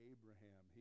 Abraham